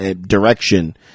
direction